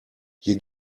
hier